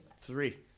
Three